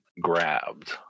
grabbed